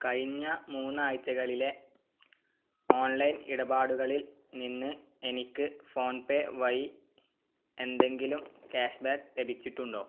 കഴിഞ്ഞ മൂന്ന് ആഴ്ചകളിലെ ഓൺലൈൻ ഇടപാടുകളിൽനിന്ന് എനിക്ക് ഫോൺപേ വഴി എന്തെങ്കിലും ക്യാഷ്ബാക്ക് ലഭിച്ചിട്ടുണ്ടോ